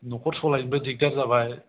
न'खर सालायनोबो दिग्दार जाबाय